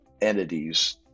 entities